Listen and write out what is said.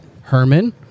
Herman